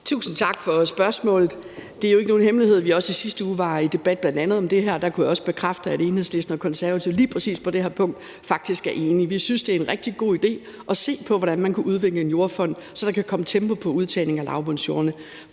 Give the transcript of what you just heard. Tusind tak for spørgsmålet. Det er jo ikke nogen hemmelighed, at vi også i sidste uge var i debat om bl.a. det her. Der kunne jeg også bekræfte, at Enhedslisten og Konservative lige præcis på det her punkt faktisk er enige. Vi synes, det er en rigtig god idé at se på, hvordan man kan udvikle en jordfond, så der kan komme tempo på udtagning af lavbundsjorderne.